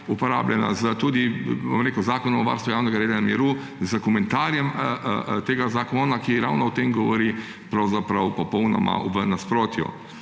uporabljena, tudi z Zakonom o varstvu javnega reda in miru, s komentarjem tega zakona, ki ravno o tem govori, pravzaprav popolnoma v nasprotju.